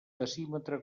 decímetre